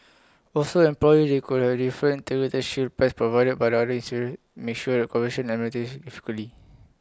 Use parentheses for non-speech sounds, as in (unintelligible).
also employees could already different (unintelligible) shield plans provided by other (unintelligible) difficultly